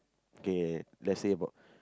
okay let's say about